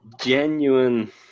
genuine